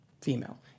female